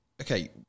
Okay